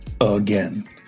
Again